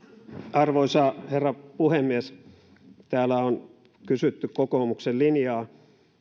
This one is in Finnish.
arvoisa herra puhemies täällä on kysytty kokoomuksen linjaa